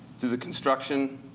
through the construction,